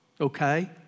Okay